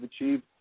achieved